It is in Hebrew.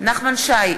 נחמן שי,